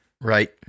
Right